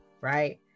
right